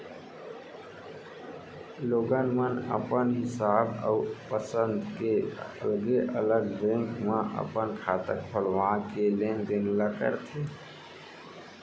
लोगन मन अपन हिसाब अउ पंसद के अलगे अलग बेंक म अपन खाता खोलवा के लेन देन ल करथे